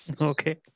Okay